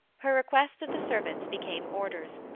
her requests of the servants became orders,